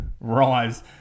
rise